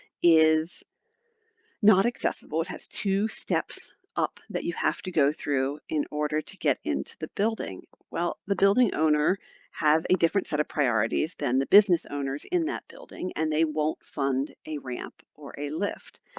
is not accessible. it has two steps up that you have to go through in order to get into the building. well, the building owner has a different set of priorities than the business owners in that building, and they won't fund a ramp or a lift.